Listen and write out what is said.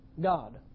God